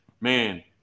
man